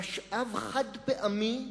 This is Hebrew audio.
משאב חד-פעמי,